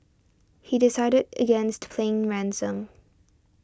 he decided against paying ransom